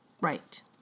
Right